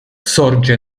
sorge